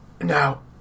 Now